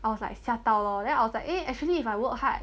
I was like 吓到 lor then I was like eh actually if I work hard